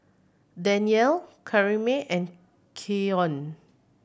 Danyel Karyme and Keion